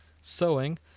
sewing